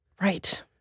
Right